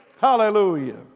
Hallelujah